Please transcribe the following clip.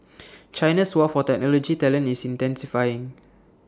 China's war for technology talent is intensifying